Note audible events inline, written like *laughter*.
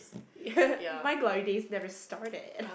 *laughs* my glory days never started